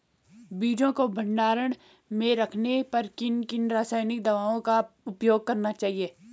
बीजों को भंडारण में रखने पर किन किन रासायनिक दावों का उपयोग करना चाहिए?